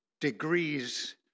degrees